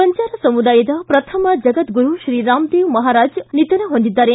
ಬಂಜಾರ ಸಮುದಾಯದ ಪ್ರಥಮ ಜಗದ್ಗುರು ಶ್ರೀ ರಾಮರಾವ್ ಮಹಾರಾಜ್ ನಿಧನ ಹೊಂದಿದ್ದಾರೆ